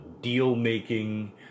deal-making